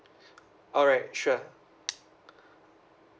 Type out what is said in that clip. alright sure